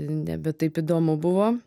nebe taip įdomu buvo